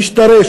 שמשתרש,